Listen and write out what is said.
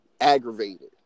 Aggravated